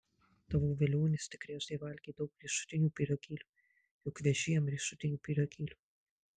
tavo velionis tikriausiai valgė daug riešutinių pyragėlių juk veži jam riešutinių pyragėlių